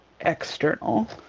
external